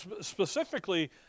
Specifically